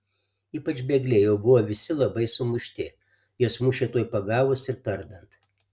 ypač bėgliai jau buvo visi labai sumušti juos mušė tuoj pagavus ir tardant